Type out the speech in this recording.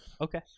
Okay